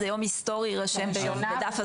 זה יום היסטורי, יירשם בדף הספריות.